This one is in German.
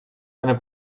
einer